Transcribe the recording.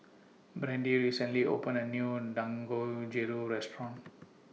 Brandee recently opened A New Dangojiru Restaurant